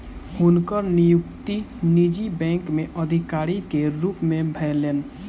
हुनकर नियुक्ति निजी बैंक में अधिकारी के रूप में भेलैन